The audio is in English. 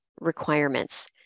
requirements